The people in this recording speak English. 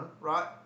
right